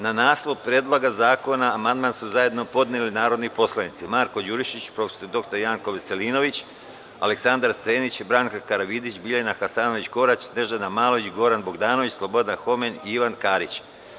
Na naslov Predloga zakona, amandman su zajedno podneli narodni poslanici Marko Đurišić, prof. dr Janko Veselinović, Aleksandar Senić, Branka Karavidić, Biljana Hasanović Korać, Snežana Malović, Goran Bogdanović, Slobodan Homen i Ivan Karić.